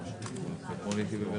להגיש את המלצותיה.